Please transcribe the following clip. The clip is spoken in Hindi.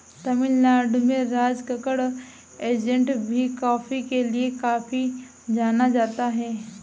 तमिल नाडु में राजकक्कड़ एस्टेट भी कॉफी के लिए काफी जाना जाता है